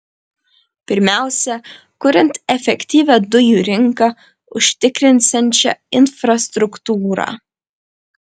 pirmiausia kuriant efektyvią dujų rinką užtikrinsiančią infrastruktūrą